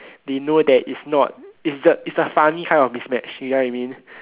they know that its not it's it's a funny kind of mismatched you know what I mean